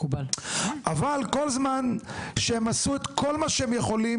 אבל כל זמן שהם עשו את כל מה שהם יכולים,